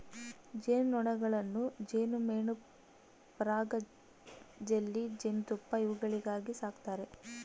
ಜೇನು ನೊಣಗಳನ್ನು ಜೇನುಮೇಣ ಪರಾಗ ಜೆಲ್ಲಿ ಜೇನುತುಪ್ಪ ಇವುಗಳಿಗಾಗಿ ಸಾಕ್ತಾರೆ